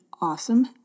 awesome